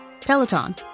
Peloton